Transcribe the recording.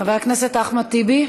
חבר הכנסת אחמד טיבי